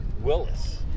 Willis